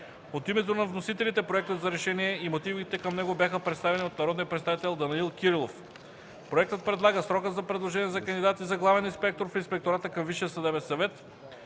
От името на вносителите проектът за решение и мотивите към него бяха представени от народния представител Данаил Кирилов. Проектът предлага срокът за предложения за кандидати за главен инспектор в Инспектората към